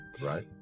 Right